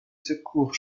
secours